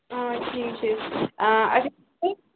ٹھیٖک چھُ